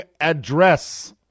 address